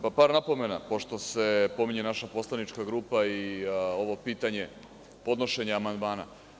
Par napomena pošto se pominje naša poslanička grupa i ovo pitanje podnošenja amandmana.